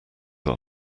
our